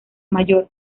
mayor